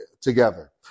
Together